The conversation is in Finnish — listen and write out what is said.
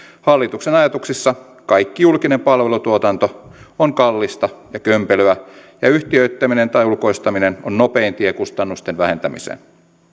hallituksen ajatuksissa kaikki julkinen palvelutuotanto on kallista ja kömpelöä ja yhtiöittäminen tai ulkoistaminen on nopein tie kustannusten vähentämiseen